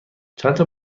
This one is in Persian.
چندتا